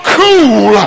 cool